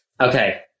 Okay